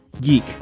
geek